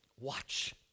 watch